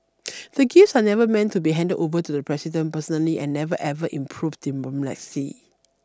the gifts are never meant to be handed over to the President personally and never ever improved diplomacy